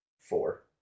four